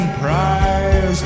prize